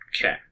Okay